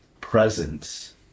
presence